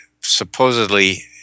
supposedly